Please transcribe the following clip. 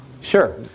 Sure